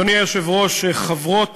אדוני היושב-ראש, חברות